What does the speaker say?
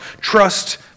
trust